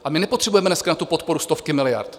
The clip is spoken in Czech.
A my nepotřebujeme dneska na tu podporu stovky miliard.